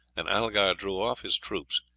and algar drew off his troops,